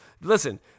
Listen